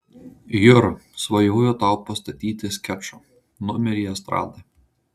jura svajoju tau pastatyti skečą numerį estradai